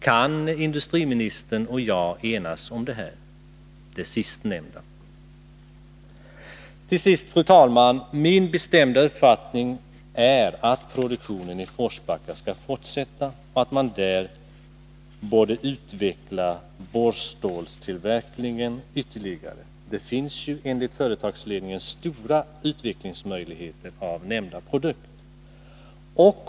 Kan industriministern 65 5 Riksdagens protokoll 1981/82:51-52 och jag enas om detta sistnämnda? Det är min bestämda uppfattning att produktionen i Forsbacka skall fortsätta och att man där borde utveckla borrstålstillverkningen ytterligare. Det finns ju enligt företagsledningen stora utvecklingsmöjligheter för nämnda produkt.